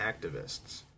activists